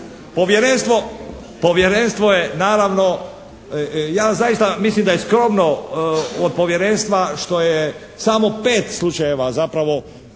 Povjerenstvo je naravno, ja zaista mislim da je skromno od povjerenstva što je samo pet slučajeva zapravo